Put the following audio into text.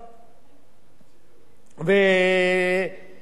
לצור גינת,